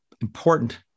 important